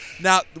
Now